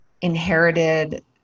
inherited